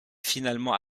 finalement